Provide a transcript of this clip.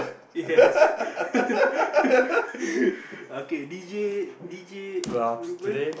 yes okay deejay deejay